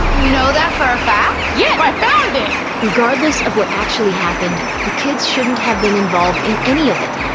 you know that for a fact? yeah, i found it regardless of what actually happened, the kids shouldn't have been involved in any of it.